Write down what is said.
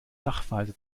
sachverhalte